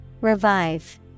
Revive